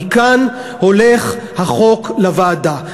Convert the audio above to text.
מכאן הולך החוק לוועדה.